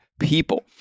people